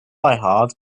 hard